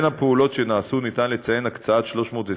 בין הפעולות שנעשו אפשר לציין הקצאת 320